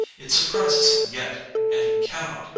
it surprises him yet and he cannot,